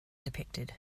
depicted